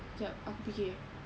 jap aku fikir